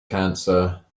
cancer